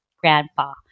grandpa